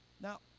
Now